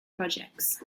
projects